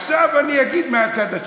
עכשיו אני אגיד מהצד השני.